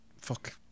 Fuck